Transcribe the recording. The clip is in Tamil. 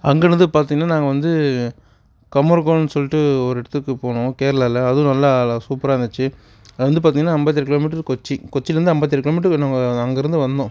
அங்கிருந்து பார்த்தீங்னா நாங்கள் வந்து குமர்கோன்னு சொல்லிட்டு ஒரு இடத்துக்கு போனோம் கேரளால அதுவும் நல்லா சூப்பராக இருந்துச்சு அது வந்து பார்த்தீங்னா ஐம்பத்தேழு கிலோ மீட்ரு கொச்சி கொச்சியில் இருந்து ஐம்பத்தேழு கிலோ மீட்ரு நாங்கள் அங்கே இருந்து வந்தோம்